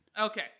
Okay